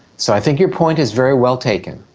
so i think your point is very well taken.